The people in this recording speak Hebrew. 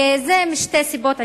וזה משתי סיבות עיקריות: